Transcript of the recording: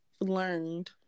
learned